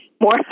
more